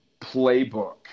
playbook